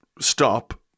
stop